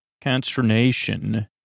consternation